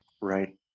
Right